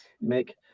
make